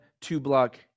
two-block